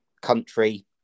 country